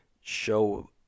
show